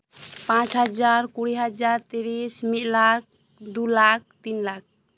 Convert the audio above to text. ᱯᱟᱸᱪ ᱦᱟᱡᱟᱨ ᱠᱩᱲᱤ ᱦᱟᱡᱟᱨ ᱛᱤᱨᱤᱥ ᱢᱤᱫ ᱞᱟᱠᱷ ᱫᱩ ᱞᱟᱠᱷ ᱛᱤᱱ ᱞᱟᱠᱷ